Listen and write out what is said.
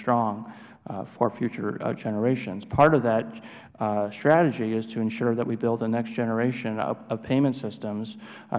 strong for future generations part of that strategy is to ensure that we build a next generation of payment systems